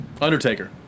Undertaker